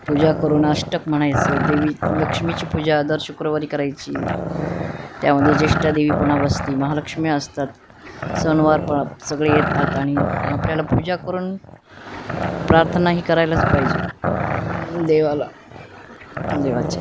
पूजा करून अष्टक म्हणायचं देवी लक्ष्मीची पूजा दर शुक्रवारी करायची त्यामध्ये ज्येष्टा देेवी पण बसते महालक्ष्मी असतात सणवार पण सगळे येतात आणि आपल्याला पूजा करून प्रार्थनाही करायलाच पाहिजे देवाला देवाचे